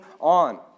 on